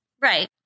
Right